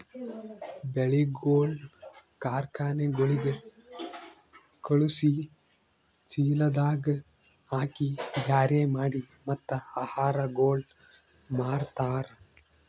ಬೆಳಿಗೊಳ್ ಕಾರ್ಖನೆಗೊಳಿಗ್ ಖಳುಸಿ, ಚೀಲದಾಗ್ ಹಾಕಿ ಬ್ಯಾರೆ ಮಾಡಿ ಮತ್ತ ಆಹಾರಗೊಳ್ ಮಾರ್ತಾರ್